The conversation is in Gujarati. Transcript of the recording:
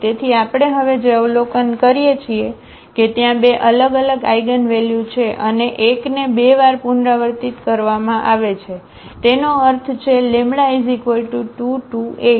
તેથી આપણે હવે જે અવલોકન કરીએ છીએ કે ત્યાં બે અલગ અલગ આઇગનવેલ્યુ છે અને એકને 2 વાર પુનરાવર્તિત કરવામાં આવે છે તેનો અર્થ છે λ 2 2 8